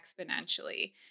exponentially